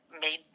made